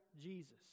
Jesus